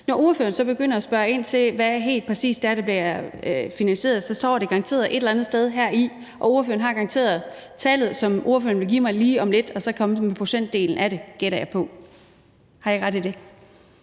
Når ordføreren så begynder at spørge ind til, hvor meget det helt præcis er, der bliver investeret, står det garanteret et eller andet sted her i bemærkningerne. Ordføreren har garanteret tallet, og ordføreren vil give mig det lige om lidt og så komme med procentdelen af det – gætter jeg på. Har jeg ret i det?